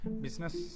Business